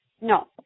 No